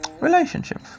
relationship